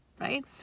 right